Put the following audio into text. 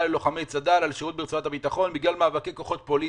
ללוחמי צד"ל על שירות ברצועת הביטחון בגלל מאבקי כוחות פוליטיים.